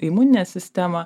imuninę sistemą